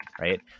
right